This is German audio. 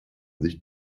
sich